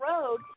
road